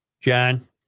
John